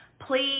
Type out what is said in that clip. Please